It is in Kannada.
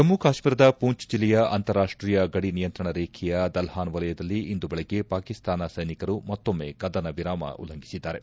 ಜಮ್ಮು ಕಾಶ್ಮೀರದ ಪೂಂಜ್ ಜಿಲ್ಲೆಯ ಅಂತಾರಾಷ್ಷೀಯ ಗಡಿನಿಯಂತ್ರಣ ರೇಖೆಯ ದಲ್ವಾನ್ ವಲಯದಲ್ಲಿ ಇಂದು ಬೆಳಿಗ್ಗೆ ಪಾಕಿಸ್ತಾನ ಸೈನಿಕರು ಮತ್ತೊಮ್ಮೆ ಕದನ ವಿರಾಮ ಉಲ್ಲಂಘಿಸಿದ್ದಾರೆ